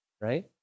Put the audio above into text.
right